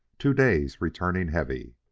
two days returning heavy.